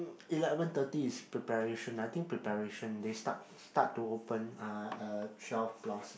eleven thirty is preparation I think preparation they start start to open uh at twelve plus